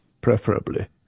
preferably